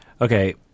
Okay